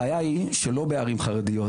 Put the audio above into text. הבעיה היא שלא בערים חרדיות,